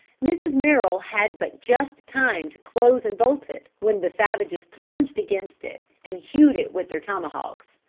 mrs. merrill had but just time to close and bolt it when the savages plunged against it and hewed it with their tomahawks.